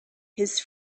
his